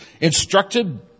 instructed